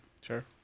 sure